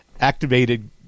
activated